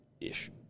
Ish